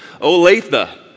Olathe